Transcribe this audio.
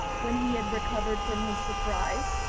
when he had recovered from his surprise.